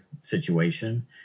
situation